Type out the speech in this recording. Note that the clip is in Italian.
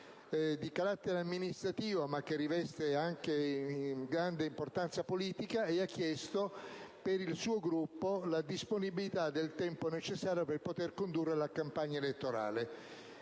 di carattere amministrativo ma che riveste anche grande importanza politica, e ha domandato per il suo Gruppo la disponibilità del tempo necessario per poter condurre la campagna elettorale.